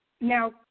Now